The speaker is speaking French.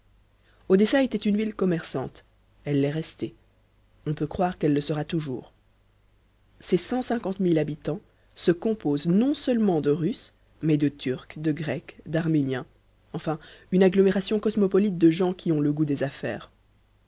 odessa était une ville commerçante elle l'est restée on peut croire qu'elle le sera toujours ses cent cinquante mille habitants se composent non seulement de russes mais de turcs de grecs d'arméniens enfin une agglomération cosmopolite de gens qui ont le goût des affaires